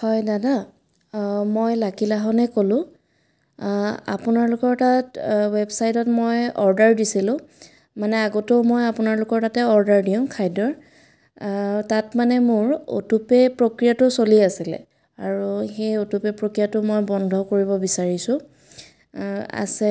হয় দাদা মই লাকী লাহনে ক'লোঁ আপোনালোকৰ তাত ৱেবছাইটত মই অৰ্ডাৰ দিছিলোঁ মানে আগতেও মই আপোনালোকৰ তাতে অৰ্ডাৰ দিওঁ খাদ্যৰ তাত মানে মোৰ অটোপে' প্ৰক্ৰিয়াটো চলি আছিলে আৰু সেই অটোপে' প্ৰক্ৰিয়াটো মই বন্ধ কৰিব বিচাৰিছোঁ আছে